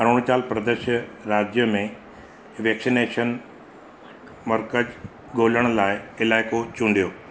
अरुणाचल प्रदेश राज्य में वैक्सनेशन मर्कज़ ॻोल्हण लाइ इलाइको चूंडियो